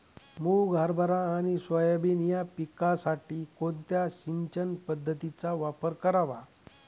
मुग, हरभरा आणि सोयाबीन या पिकासाठी कोणत्या सिंचन पद्धतीचा वापर करावा?